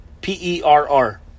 P-E-R-R